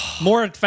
More